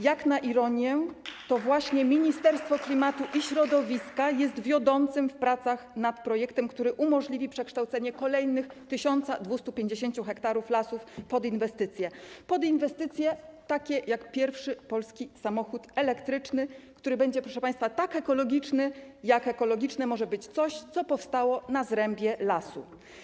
Jak na ironię to właśnie Ministerstwo Klimatu i Środowiska jest wiodącym ministerstwem w pracach nad projektem, który umożliwi przekształcenie kolejnych 1250 ha lasów pod inwestycje, takie jak pierwszy polski samochód elektryczny, który będzie, proszę państwa, tak ekologiczny jak ekologiczne może być coś, co powstało na zrębie lasu.